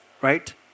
Right